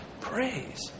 praise